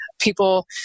people